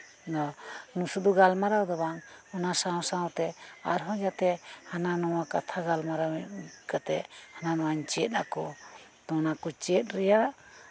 ᱟᱫᱚ ᱥᱩᱫᱩ ᱜᱟᱞᱢᱟᱨᱟᱣ ᱫᱚ ᱵᱟᱝ ᱚᱱᱟ ᱥᱟᱶᱼᱥᱟᱶᱛᱮ ᱟᱨᱦᱚᱸ ᱡᱟᱛᱮ ᱦᱟᱱᱟ ᱱᱚᱣᱟ ᱠᱟᱛᱷᱟ ᱜᱟᱞᱢᱟᱨᱟᱣ ᱠᱟᱛᱮ ᱦᱟᱱᱟ ᱱᱟᱣᱟᱧ ᱪᱮᱫ ᱟᱠᱚ ᱚᱱᱟ ᱠᱚ ᱪᱮᱫ ᱨᱮᱭᱟᱜ